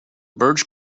birch